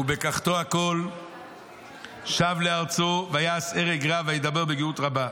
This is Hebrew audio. ובקחתו הכול שב לארצו ויעש הרג רב וידבר בגאות רבה.